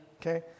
Okay